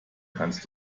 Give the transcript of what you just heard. kannst